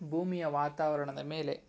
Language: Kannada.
ಭೂಮಿಯ ವಾತಾವರಣದ ಮೇಲೆ